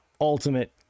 ultimate